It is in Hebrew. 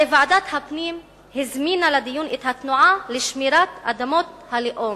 הרי ועדת הפנים הזמינה לדיון את התנועה לשמירת אדמות הלאום.